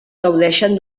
gaudeixen